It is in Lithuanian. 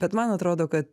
bet man atrodo kad